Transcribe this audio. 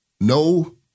No